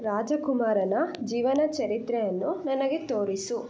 ರಾಜಕುಮಾರನ ಜೀವನ ಚರಿತ್ರೆಯನ್ನು ನನಗೆ ತೋರಿಸು